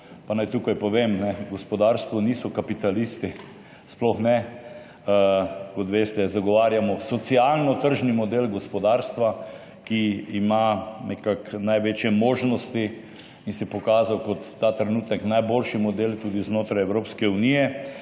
pa naj tukaj povem, v gospodarstvu niso kapitalisti, sploh ne. Kot veste, zagovarjamo socialno tržni model gospodarstva, ki ima nekako največje možnosti in se je pokazal kot ta trenutek najboljši model tudi znotraj Evropske unije.